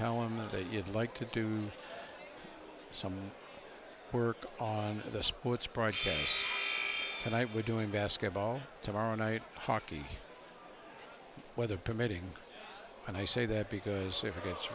tell him that you'd like to do some work on the sports project tonight we're doing basketball tomorrow night hockey weather permitting and i say that because if it g